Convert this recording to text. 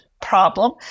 problem